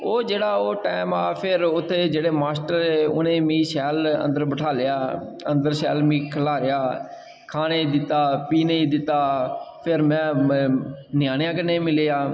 ओह् जेह्ड़ा ओह् टैम हा फिर उत्थै ओह् जेह्ड़े मास्टर हे उ'नें मिगी शैल अंदर बठालेआ अंदर शैल मिगी खलाया खाने गी दित्ता पीने गी दित्ता ते फिर में ञ्यानेंआ कन्नै मिलेआ